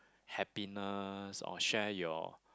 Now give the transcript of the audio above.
happiness or share your